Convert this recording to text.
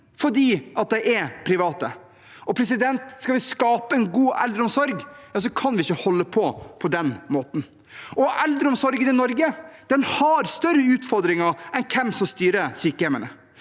fordi de er private. Skal vi skape en god eldreomsorg, kan vi ikke holde på på den måten. Eldreomsorgen i Norge har større utfordringer enn hvem som styrer sykehjemmene.